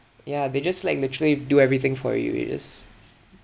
yeah they just like literally do everything for you you just